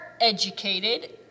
educated